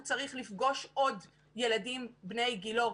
הוא צריך לפגוש עוד ילדים בני גילו.